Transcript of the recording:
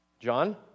John